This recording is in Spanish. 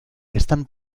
están